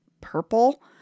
purple –